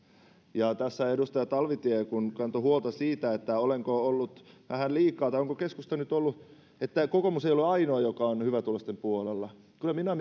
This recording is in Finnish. saat tässä edustaja talvitie kun kantoi huolta siitä olenko ollut vähän liikaa tai onko keskusta nyt ollut kokoomus ei ole ainoa joka on hyvätuloisten puolella kyllä minä